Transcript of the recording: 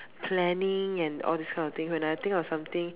planning and all this kind of things when I think of something